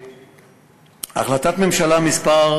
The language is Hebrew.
החלטת ממשלה מס'